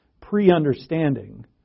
pre-understanding